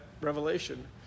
revelation